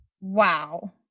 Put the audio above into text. Wow